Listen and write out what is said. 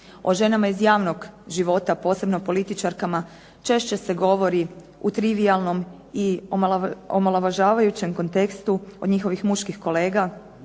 O ženama iz javnog života, posebno političarkama češće se govori u trivijalnom i omalovažavajućem kontekstu od njihovih muških kolega,